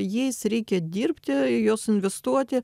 jais reikia dirbti į juos investuoti